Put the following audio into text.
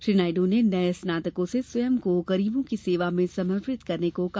श्री नायडू ने नए स्नातकों से स्वयं को गरीबों की सेव में समर्पित करने को कहा